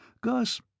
Gus